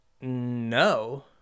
No